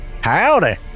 Howdy